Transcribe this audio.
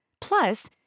Plus